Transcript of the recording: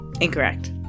Incorrect